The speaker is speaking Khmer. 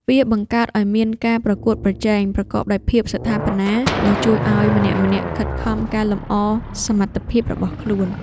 វាបង្កើតឱ្យមានការប្រកួតប្រជែងប្រកបដោយភាពស្ថាបនា ដែលជួយឱ្យម្នាក់ៗខិតខំកែលម្អសមត្ថភាពរបស់ខ្លួន។